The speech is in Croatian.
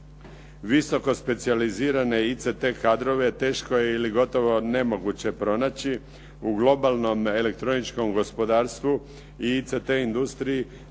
Visoko specijalizirane ICT kadrove teško je ili gotovo nemoguće pronaći. U globalno elektroničkom gospodarstvu i ICT industriji